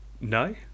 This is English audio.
No